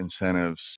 incentives